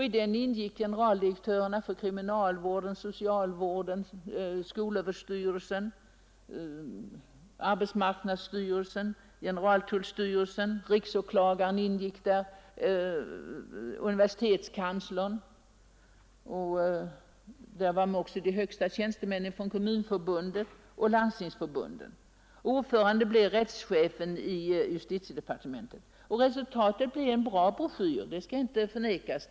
I den ingick generaldirektörerna för kriminalvårdsstyrelsen, socialstyrelsen, skolöverstyrelsen, arbetsmarknadsstyrelsen och generaltullstyrelsen, rikspolisen liksom riksåklagaren, universitetskanslern och de högsta tjänstemännen från Kommunförbundet och Landstingsförbundet. Ordförande var rättschefen i justitiedepartementet. Resultatet blev en bra broschyr — det skall inte förnekas.